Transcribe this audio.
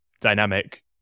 dynamic